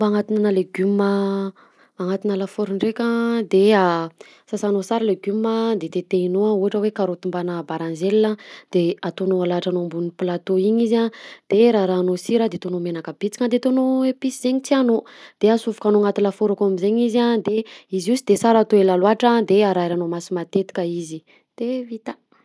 Fomba anatonoana legioma anaty lafaoro ndreka de a sasana sara legioma a de tetehinao ohatra hoe karoty mbana baranjela de ataonao alahatranao ambony plateau iny izy a de rarahanao sira de ataonao manaka bisika de ataonao epice zegny tianao de asofokanao anaty lafaoro akao amizegny izy a de izy io sy de sara atao ela laotra de ararahina maso matetika izy de vita.